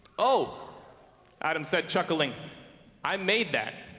oh adam said chuckling i made that